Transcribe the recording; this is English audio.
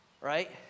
right